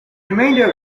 remainder